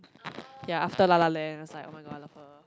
ya after La La Land I was like oh-my-god I love her